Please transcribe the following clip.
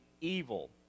evil